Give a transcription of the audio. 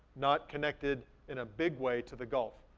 not connected in a big way to the gulf.